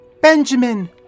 Benjamin